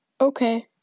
okay